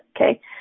Okay